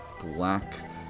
black